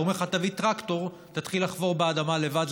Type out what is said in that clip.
אומרים לך: תביא טרקטור, תתחיל לחפור באדמה לבד.